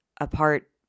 apart